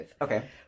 Okay